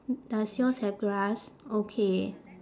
does yours have grass okay